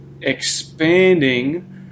expanding